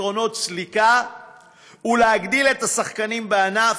פתרונות סליקה ולהגדיל את השחקנים בענף,